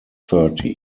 thirty